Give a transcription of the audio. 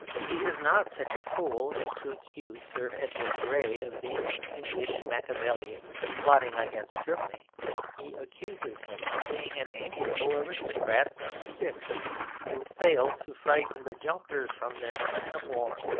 he is not such a fool as to accuse sir edward grey of being a fiendish machiavelli plotting against germany he accuses him of being an amiable aristocratic stick who failed to frighten the junkers from their plan of war.